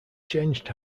changed